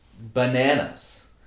bananas